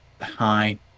hi